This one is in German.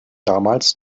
damals